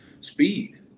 speed